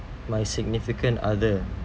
my significant other